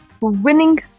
winning